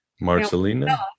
Marcelina